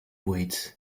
weights